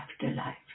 afterlife